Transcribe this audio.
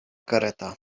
kareta